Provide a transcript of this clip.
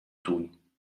tun